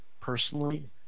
personally